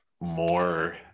more